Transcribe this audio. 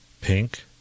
Pink